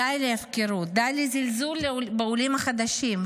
די להפקרות, די לזלזול בעולים החדשים.